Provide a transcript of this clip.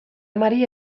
amari